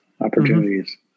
opportunities